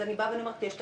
אז אני אומרת: יש תקציב,